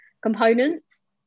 components